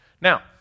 Now